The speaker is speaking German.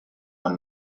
man